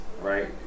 Right